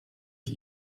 ich